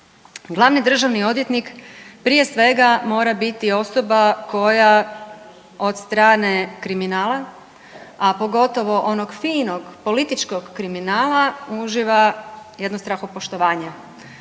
Glavni državni odvjetnik prije svega mora biti osoba koja od strane kriminala, a pogotovo onog finog političkog kriminala uživa jedno strahopoštovanje,